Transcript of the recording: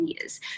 years